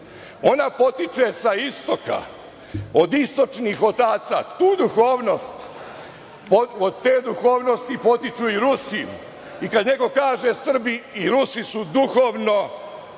ona potiče sa istoka, od istočnih otaca. Tu duhovnost, od te duhovnosti potiču i Rusi. Kad neko kaže - Srbi i Rusi su duhovno